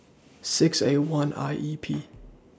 six A one I E P